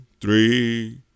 three